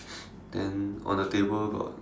then on the table got